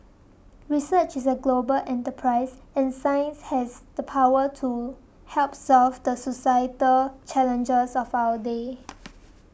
research is a global enterprise and science has the power to help solve the societal challenges of our day